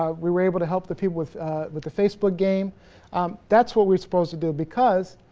um we were able to help the people with with the facebook game that's what we're supposed to do because,